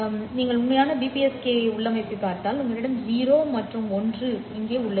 எனவே நீங்கள் உண்மையான BPSK உள்ளமைவைப் பார்த்தால் உங்களிடம் இங்கே 0 மற்றும் 1 இங்கே உள்ளது